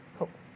हो